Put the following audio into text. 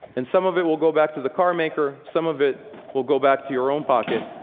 and some of it will go back to the car maker. some of it will go back to your own pocket.